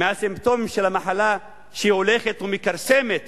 מהסימפטומים של המחלה שהולכת ומכרסמת